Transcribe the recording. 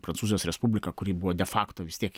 prancūzijos respublika kuri buvo de fakto vis tiek